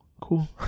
cool